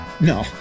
No